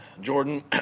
Jordan